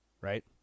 right